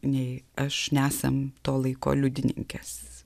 nei aš nesam to laiko liudininkės